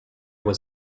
was